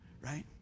right